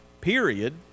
period